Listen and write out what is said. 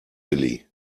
willi